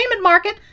market